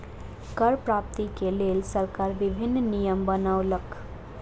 कर प्राप्ति के लेल सरकार विभिन्न नियम बनौलक